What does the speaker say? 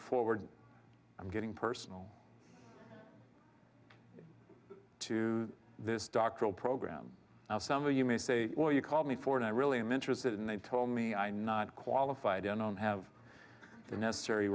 forward i'm getting personal to this doctoral program some of you may say or you called me for and i really am interested and they told me i not qualified i don't have the necessary